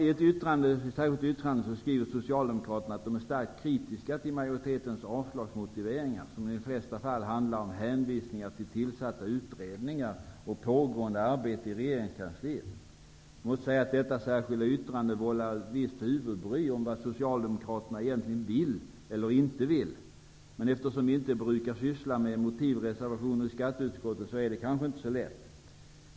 I ett särskilt yttrande skriver Socialdemokraterna att de är starkt kritiska till majoritetens avslagsmotiveringar, som i de flesta fall handlar om hänvisningar till tillsatta utredningar och pågående arbete i regeringskansliet. Jag måste säga att detta särskilda yttrande vållar mig ett visst huvudbry om vad Socialdemokraterna egentligen vill eller inte vill. Men eftersom vi inte brukar syssla med motivreservationer i skatteutskottet är det kanske inte så lätt.